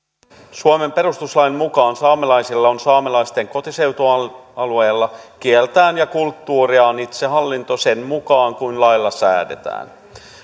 suomen perustuslain mukaan saamelaisilla on saamelaisten kotiseutualueella kieltään ja kulttuuriaan koskeva itsehallinto sen mukaan kuin lailla säädetään